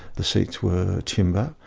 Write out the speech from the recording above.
the seats were timber.